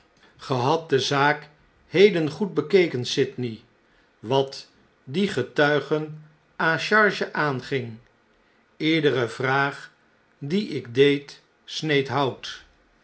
de zaak heden goed bekeken sydney wat die getuigen a charge aanging ledere vraag die ik deed sneed hout